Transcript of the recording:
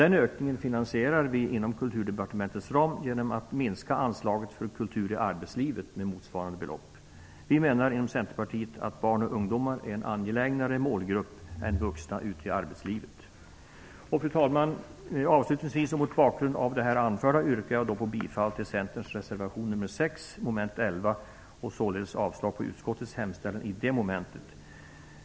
Den ökningen finansierar vi inom Kulturdepartementets ram genom att minska anslaget för kultur i arbetslivet med motsvarande belopp. Vi menar inom Centerpartiet att barn och ungdomar är en angelägnare målgrupp än vuxna ute i arbetslivet. Fru talman! Avslutningsvis och mot bakgrund av det anförda yrkar jag bifall till Centerns reservation nr 6, mom. 11. Således yrkar jag avslag på utskottets hemställan vad gäller det momentet.